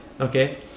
Okay